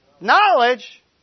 Knowledge